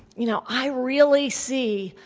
you know, i really see,